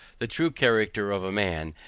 the true character of a man,